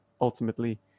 ultimately